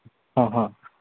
ꯑ ꯍꯥ